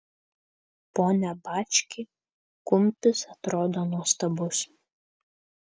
pone bački kumpis atrodo nuostabus